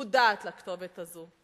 מודעת לכתובת הזאת.